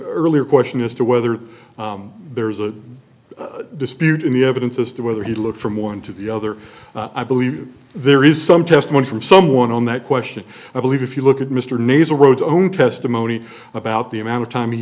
earlier question as to whether there's a dispute in the evidence as to whether he looked from one to the other i believe there is some testimony from someone on that question i believe if you look at mr naser wrote own testimony about the amount of time he